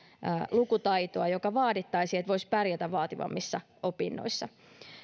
lukutaitoa joka vaadittaisiin että voisi pärjätä vaativammissa opinnoissa